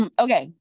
okay